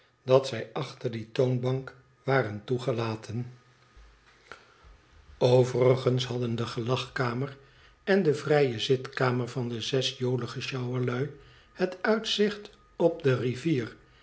dat zij achter die toonbank waren toegelaten overigens hadden de gelagkamer en de vrije zitkamer van de zes jolige sjouwerlui het uitzicht op de rivier